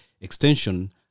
extension